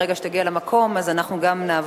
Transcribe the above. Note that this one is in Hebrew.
ברגע שתגיע למקום אנחנו נעבור